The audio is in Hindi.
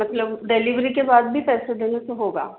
मतलब डेलिवरी के बाद भी पैसे देने से होगा